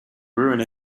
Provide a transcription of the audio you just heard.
ruin